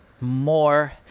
more